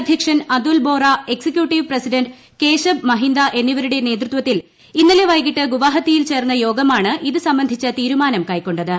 അധ്യക്ഷൻ Atul Bora executive president Keshab Mahanta എന്നിവരുടെ നേതൃത്വത്തിൽ ഇന്നലെ വൈകിട്ട് ഗുവാഹത്തിയിൽ ചേർന്ന യോഗമാണ് ഇതു സംബന്ധിച്ച തീരുമാനം കൈകൊണ്ടത്